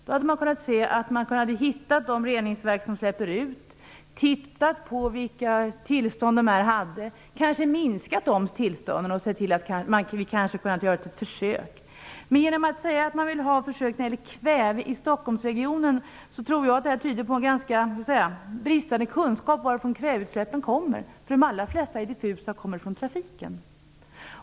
Då hade man kunnat hitta de reningsverk som släpper ut, tittat på vilka tillstånd de har, kanske begränsat de tillstånden och sett till att det gjorts ett försök. När man säger att man vill ha försök när det gäller kväve i Stockholmsregionen tyder det på bristande kunskap om varifrån kväveutsläppen kommer. De allra flesta är nämligen diffusa och kommer från trafiken.